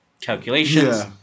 calculations